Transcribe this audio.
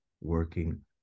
working